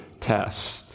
test